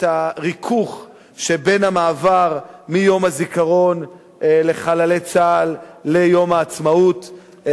את הריכוך שבמעבר מיום הזיכרון לחללי צה"ל ליום העצמאות.